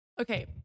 Okay